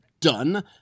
done